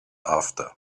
after